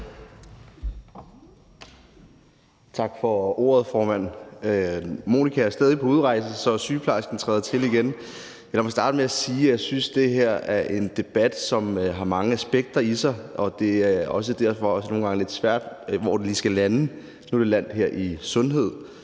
Tak for ordet, formand. Monika Rubin er stadig på udrejse, så sygeplejersken træder til igen. Lad mig starte med at sige, at jeg synes, det her er en debat, som har mange aspekter i sig, og det er derfor også nogle gange lidt svært at se, hvor den lige skal lande. Nu er den landet her inden